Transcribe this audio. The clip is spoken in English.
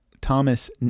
Thomas